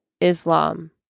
Islam